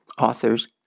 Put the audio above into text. authors